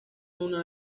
una